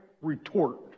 retort